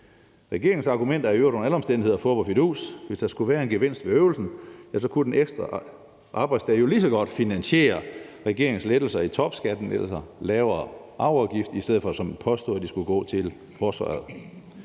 Regeringens argumenter er i øvrigt under alle omstændigheder fup og fidus. Hvis der skulle være en gevinst ved øvelsen, ja, så kunne den ekstra arbejdsdag jo lige så godt finansiere regeringens lettelser af topskatten eller den lavere arveafgift, i stedet for at den som påstået skulle gå til forsvaret.